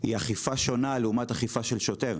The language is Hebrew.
היא אכיפה שונה לעומת אכיפה של שוטר.